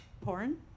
porn